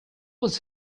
was